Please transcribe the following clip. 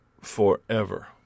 forever